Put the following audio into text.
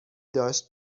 داشت